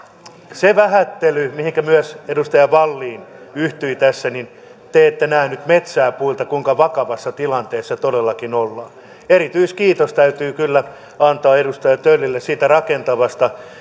siitä vähättelystä mihinkä myös edustaja wallin yhtyi tässä että te ette nähneet metsää puilta kuinka vakavassa tilanteessa todellakin ollaan erityiskiitos täytyy kyllä antaa edustaja töllille siitä rakentavasta ja